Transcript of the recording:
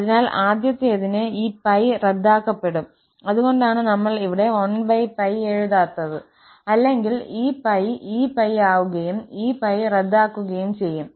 അതിനാൽ ആദ്യത്തേതിന് ഈ 𝜋 റദ്ദാക്കപ്പെടും അതുകൊണ്ടാണ് നമ്മൾ ഇവിടെ 1𝜋 എഴുതാത്തത് അല്ലെങ്കിൽ ഈ 𝜋 ഈ 𝜋 ആകുകയും ഈ 𝜋 റദ്ദാക്കുകയും ചെയ്യും